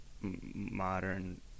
modern